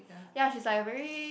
ya she's like a very